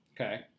Okay